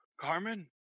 Carmen